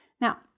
Now